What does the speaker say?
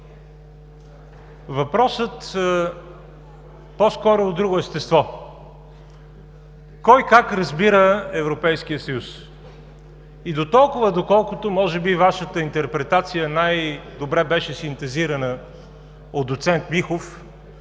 Въпросът е по-скоро от друго естество – кой как разбира Европейския съюз? И доколкото може би Вашата интерпретация най-добре беше синтезирана от доцент Михов,